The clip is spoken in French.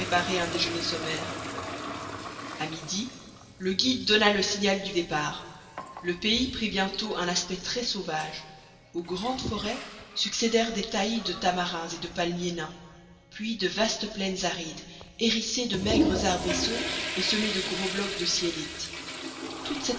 un déjeuner sommaire a midi le guide donna le signal du départ le pays prit bientôt un aspect très sauvage aux grandes forêts succédèrent des taillis de tamarins et de palmiers nains puis de vastes plaines arides hérissées de maigres arbrisseaux et semées de gros blocs de syénites toute